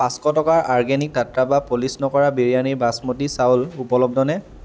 পাচঁশ টকাৰ আৰ্গেনিক টাট্টা বা প'লিচ নকৰা বিৰিয়ানীৰ বাচমতি চাউল উপলব্ধ নে